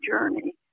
journey